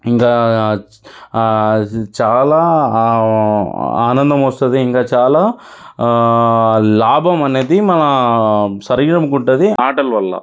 ఇంకా ఆ చాలా ఆనందం వస్తుంది ఇంకా చాలా లాభం అనేది మన శరీరంగా ఉంటుంది ఆటల వల్ల